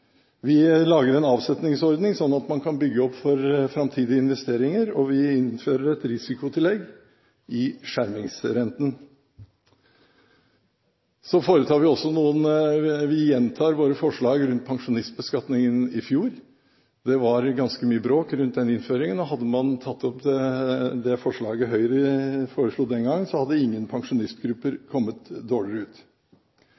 Vi lager en avsetningsordning sånn at man kan bygge opp for framtidige investeringer, og vi innfører et risikotillegg på skjermingsrenten. Så gjentar vi også våre forslag rundt pensjonistbeskatningen fra i fjor. Det var ganske mye bråk rundt omleggingen, og hadde man vedtatt det forslaget Høyre fremmet den gang, hadde ingen pensjonistgrupper